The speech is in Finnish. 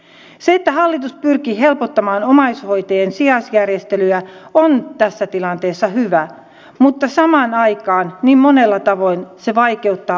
se että hallitus pyrkii helpottamaan omaishoitajien sijaisjärjestelyä on tässä tilanteessa hyvä asia mutta samaan aikaan niin monella tavoin se vaikeuttaa omaishoidon arkea